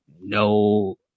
no